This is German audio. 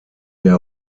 der